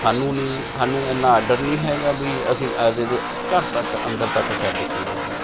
ਸਾਨੂੰ ਨਹੀਂ ਸਾਨੂੰ ਇੰਨਾ ਆਡਰ ਨਹੀਂ ਹੈਗਾ ਵੀ ਅਸੀਂ ਆਵਦੇ ਦੇ ਘਰ ਤੱਕ ਅੰਦਰ ਤੱਕ ਛੱਡ ਕੇ ਆਈਏ